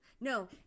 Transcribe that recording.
No